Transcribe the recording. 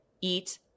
eat